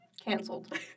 canceled